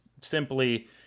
simply